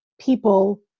people